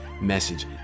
message